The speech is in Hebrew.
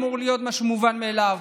אמור להיות משהו מובן מאליו,